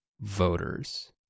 voters